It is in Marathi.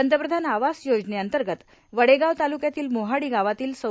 पंतप्रधान आवास योजनेअंतर्गत वडेगाव तालुक्यातील मोहाडी गावातील सौ